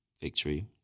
Victory